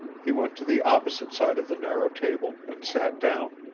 he went to the opposite side of the narrow table and sat down.